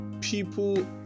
people